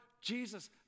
Jesus